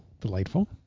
delightful